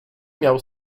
miał